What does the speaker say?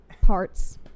parts